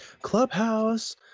clubhouse